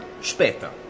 später